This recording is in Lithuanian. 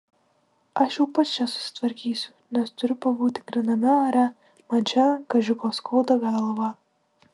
aš jau pats čia susitvarkysiu nes turiu pabūti gryname ore man šiandien kaži ko skauda galvą